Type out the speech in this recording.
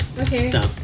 Okay